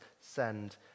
send